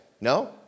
no